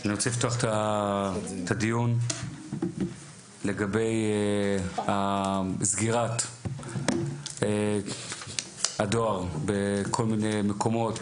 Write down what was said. אני רוצה לפתוח את הדיון לגבי סגירת הדואר בכל מיני מקומות